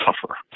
tougher